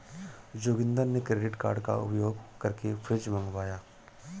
जोगिंदर ने credit card का उपयोग करके फ्रिज मंगवाया